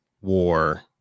war